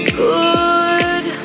good